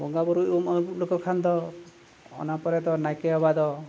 ᱵᱚᱸᱜᱟ ᱵᱩᱨᱩᱭ ᱩᱢ ᱟᱹᱵᱩᱜ ᱞᱮᱠᱚ ᱠᱷᱟᱱᱫᱚ ᱚᱱᱟ ᱯᱚᱨᱮᱫᱚ ᱱᱟᱭᱠᱮ ᱵᱟᱵᱟ ᱫᱚ